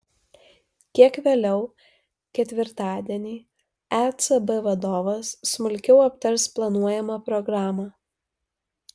kiek vėliau ketvirtadienį ecb vadovas smulkiau aptars planuojamą programą